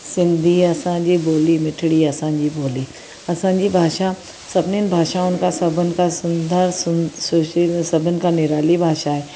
सिंधी असांजी ॿोली मिठड़ी असांजी ॿोली असांजी भाषा सभिनिन भाषाउनि खां सभिनि खां सुंदर सुशील ऐं सभिनि खां निराली भाषा आहे